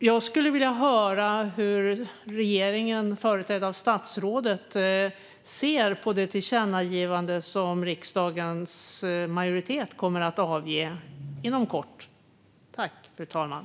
Jag skulle vilja höra hur regeringen, företrädd av statsrådet, ser på det tillkännagivande som riksdagens majoritet inom kort kommer att avge.